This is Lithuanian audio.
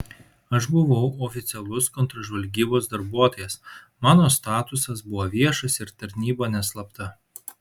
aš buvau oficialus kontržvalgybos darbuotojas mano statusas buvo viešas ir tarnyba neslapta